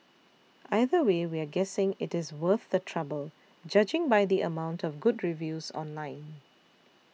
either way we're guessing it is worth the trouble judging by the amount of good reviews online